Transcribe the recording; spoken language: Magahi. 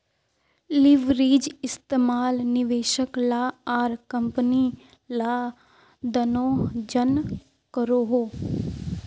लिवरेज इस्तेमाल निवेशक ला आर कम्पनी ला दनोह जन करोहो